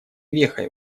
вехой